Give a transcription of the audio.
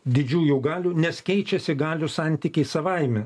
didžiųjų galių nes keičiasi galių santykiai savaime